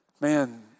Man